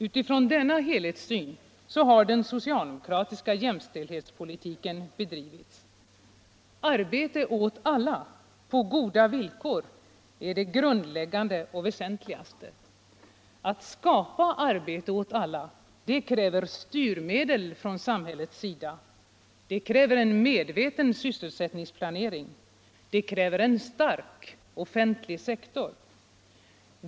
Utifrån denna helhetssyn har den socialdemokratiska jämställdhetspolitiken bedrivits. Arbete åt alla på goda villkor är det grundläggande och väsentligaste. Att skapa arbete åt alla kräver styrmedel från samhällets sida, det kräver en medveten sysselsättningsplanering, det kräver en stark offentlig sektor.